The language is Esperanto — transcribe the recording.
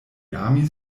amis